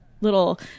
little